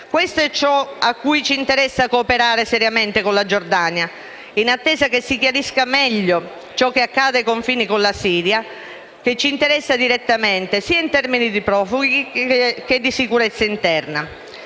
Questo è ciò su cui ci interessa cooperare seriamente con la Giordania, in attesa che si chiarisca meglio ciò che accade ai confini con la Siria, che ci interessa direttamente, sia in termini di profughi che di sicurezza interna.